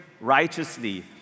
righteously